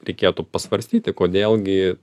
reikėtų pasvarstyti kodėl gi